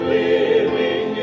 living